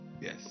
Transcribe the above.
yes